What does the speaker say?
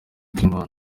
kw’imana